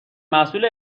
محصول